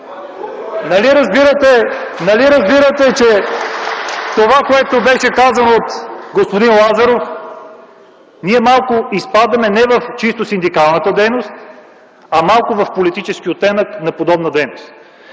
Нали разбирате, че това, което беше казано от господин Лазаров, малко изпадаме не в чисто синдикалната дейност, а в политически оттенък на подобна дейност.